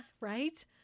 Right